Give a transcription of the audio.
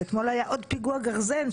ואתמול היה עוד פיגוע גרזן,